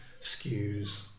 skews